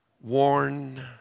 worn